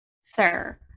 sir